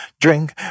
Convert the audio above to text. drink